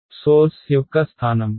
source యొక్క స్థానం